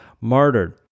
martyred